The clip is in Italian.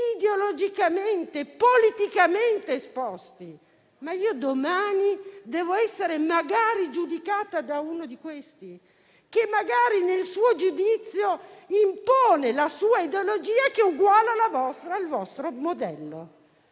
ideologicamente e politicamente esposti. E io domani devo essere giudicata da uno di questi, che magari nel suo giudizio impone la sua ideologia, che è uguale al vostro modello?